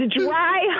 dry